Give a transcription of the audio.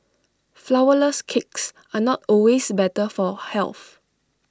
Flourless Cakes are not always better for health